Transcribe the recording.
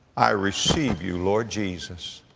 i receive you, lord jesus,